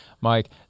Mike